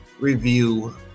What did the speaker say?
review